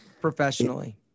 professionally